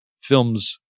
films